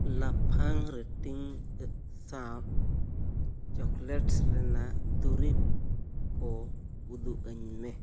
ᱞᱟᱯᱷᱟᱝ ᱨᱮᱴᱤᱝ ᱥᱟᱶ ᱪᱳᱠᱳᱞᱮᱴᱥ ᱨᱮᱱᱟᱜ ᱫᱩᱨᱤᱵᱽᱠᱚ ᱩᱫᱩᱜ ᱟᱹᱧᱢᱮ